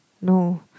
No